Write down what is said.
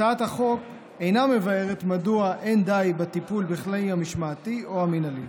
הצעת החוק אינה מבארת מדוע אין די בטיפול בכלי המשמעתי או המינהלי.